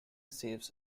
saves